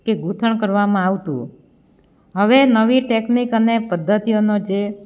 કે ગૂંથણ કરવામાં આવતું હવે નવી ટેકનિક અને પદ્ધતિઓનો જે